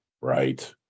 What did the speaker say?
Right